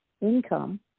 income